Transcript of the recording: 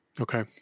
Okay